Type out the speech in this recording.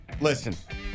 listen